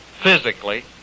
physically